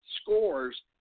scores